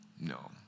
no